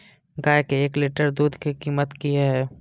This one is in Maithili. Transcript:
गाय के एक लीटर दूध के कीमत की हय?